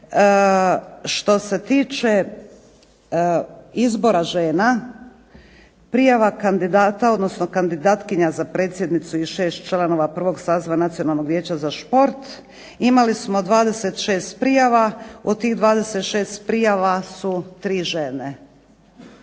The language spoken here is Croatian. Što se tiče izbora žena, prijava kandidata, odnosno kandidatkinja za predsjednicu i 6 članova prvog saziva Nacionalno viječe za šport imali smo 26 prijava. Od tih 26 prijava su tri žene.